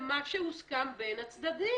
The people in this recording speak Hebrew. זה בהתאם למה שהוסכם בין הצדדים.